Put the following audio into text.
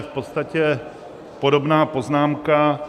V podstatě podobná poznámka.